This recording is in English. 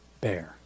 bear